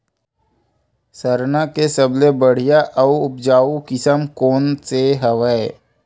सरना के सबले बढ़िया आऊ उपजाऊ किसम कोन से हवय?